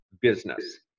business